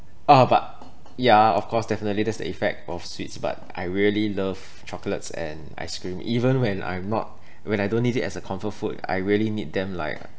uh but yeah of course definitely that's the effect of sweets but I really love chocolates and ice cream even when I'm not when I don't need it as a comfort food I really need them like